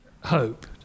hope